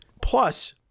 Plus